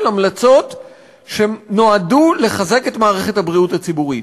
המלצות שנועדו לחזק את מערכת הבריאות הציבורית,